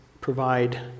provide